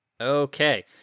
Okay